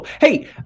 Hey